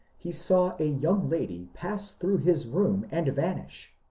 he saw a young lady pass through his room and vanish.